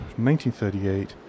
1938